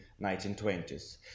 1920s